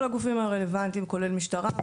כל הגופים הרלוונטיים כולל משטרה,